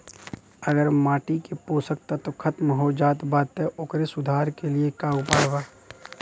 अगर माटी के पोषक तत्व खत्म हो जात बा त ओकरे सुधार के लिए का उपाय बा?